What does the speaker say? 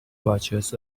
watches